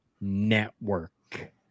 Network